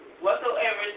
whatsoever